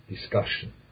discussion